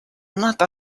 not